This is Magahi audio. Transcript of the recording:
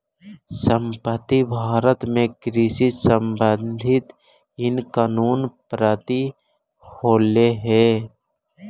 संप्रति भारत में कृषि संबंधित इन कानून पारित होलई हे